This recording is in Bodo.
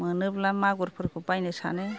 मोनोब्ला मागुरफोरखौ बायनो सानो